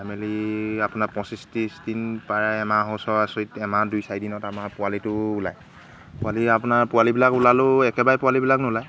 চাই মেলি আপোনাৰ পঁচিছ ত্ৰিছ দিন প্ৰায় এমাহ ওচৰা ওচৰিত এমাহ দুই চাৰিদিনত আমাৰ পোৱালিটো ওলায় পোৱালি আপোনাৰ পোৱালিবিলাক ওলালেও একেবাৰে পোৱালিবিলাক নোলায়